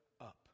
up